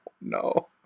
no